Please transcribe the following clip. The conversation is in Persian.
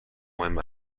مهم